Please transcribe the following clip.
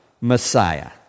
Messiah